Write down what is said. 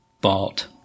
bought